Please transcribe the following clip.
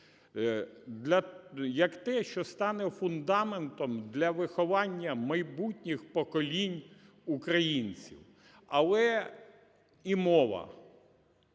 як те, що стане фундаментом для виховання майбутніх поколінь українців. Але і мова.